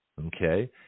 Okay